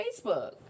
Facebook